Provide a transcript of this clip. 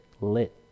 lit